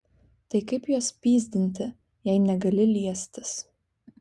tai kaip juos pyzdinti jei negali liestis